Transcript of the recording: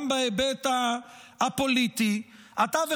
גם בהיבט הפוליטי,